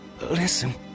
Listen